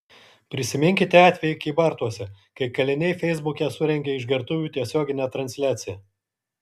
prisiminkite atvejį kybartuose kai kaliniai feisbuke surengė išgertuvių tiesioginę transliaciją